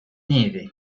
neve